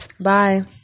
Bye